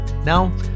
Now